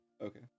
Okay